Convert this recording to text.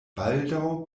baldaŭ